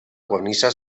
cornisa